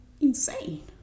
Insane